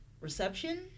reception